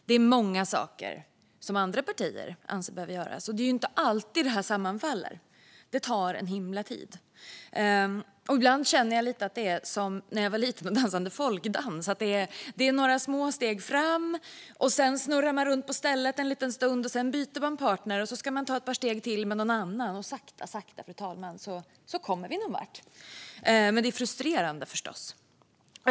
Det är också många saker som andra partier anser behöver göras, men det är inte alltid det sammanfaller. Det tar en himla tid. Ibland känner jag lite att det är som när jag var liten och dansade folkdans: Det är några små steg fram, sedan snurrar man runt på stället en liten stund och så byter man partner och ska ta ett par steg till med någon annan. Sakta, sakta, fru talman, kommer vi någonvart. Men det är förstås frustrerande.